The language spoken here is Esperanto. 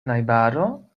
najbaro